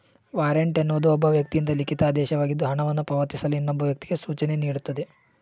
warrant ಎನ್ನುವುದು ಒಬ್ಬ ವ್ಯಕ್ತಿಯಿಂದ ಲಿಖಿತ ಆದೇಶವಾಗಿದ್ದು ಹಣವನ್ನು ಪಾವತಿಸಲು ಇನ್ನೊಬ್ಬ ವ್ಯಕ್ತಿಗೆ ಸೂಚನೆನೀಡುತ್ತೆ